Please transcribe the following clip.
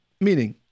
Meaning